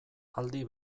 aldi